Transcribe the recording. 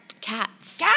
Cats